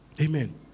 Amen